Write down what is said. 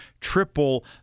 triple